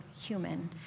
human